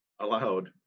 allowed